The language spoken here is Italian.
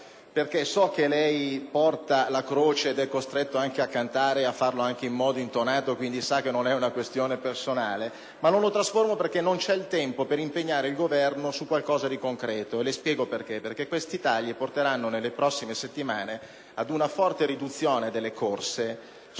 Vegas (so che lei porta la croce; è costretto a cantare e a farlo anche in modo intonato, quindi sa che non è una questione personale), perché non c'è il tempo per impegnare il Governo su qualcosa di concreto. E le spiego perché. Questi tagli porteranno nelle prossime settimane ad una forte riduzione delle corse dei